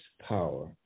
power